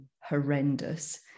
horrendous